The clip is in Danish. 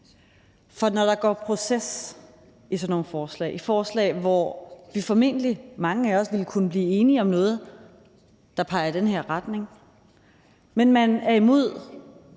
For når der går proces i sådan nogle forslag, i forslag, hvor vi formentlig – mange af os – ville kunne blive enige om noget, der peger i den her retning, men som man er imod,